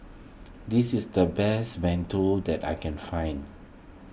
this is the best Mantou that I can find